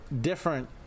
different